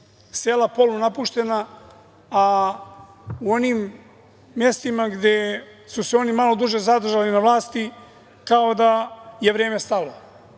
sela polu napuštena, a u onim mestima gde su se oni malo duže zadržali na vlasti kao da je vreme stalo.